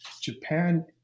Japan